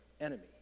enemy